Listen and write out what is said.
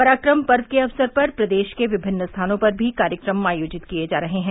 पराक्रम पर्व के अवसर पर प्रदेश के विमिन्न स्थानों पर भी कार्यक्रम आयोजित किये जा रहे हैं